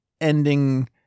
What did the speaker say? ending